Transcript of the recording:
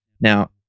Now